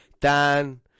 Dan